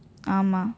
ஆமாம்:aamam